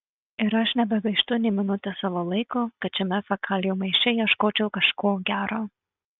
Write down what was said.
ir aš nebegaištu nė minutės savo laiko kad šiame fekalijų maiše ieškočiau kažko gero